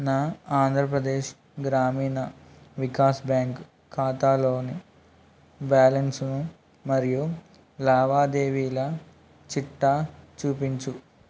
నా ఆంధ్రప్రదేశ్ గ్రామీణ వికాస్ బ్యాంకు ఖాతాలోని బ్యాలన్స్ను మరియు లావాదేవీల చిట్టా చూపించు